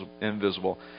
invisible